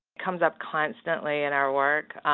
comes up constantly in our work,